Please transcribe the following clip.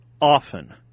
Often